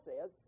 says